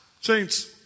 Saints